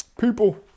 people